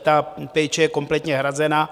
Ta péče je kompletně hrazená.